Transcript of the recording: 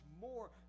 more